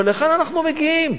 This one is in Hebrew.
אבל להיכן אנחנו מגיעים?